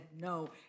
no